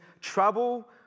trouble